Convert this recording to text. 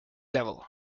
level